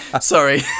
Sorry